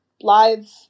live